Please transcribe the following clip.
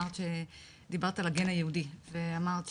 את דיברת על הגן היהודי ואמרת,